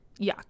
yuck